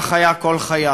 לדעתי, כך היה כל חייו.